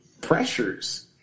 pressures